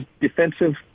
defensive